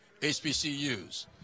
HBCUs